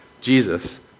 Jesus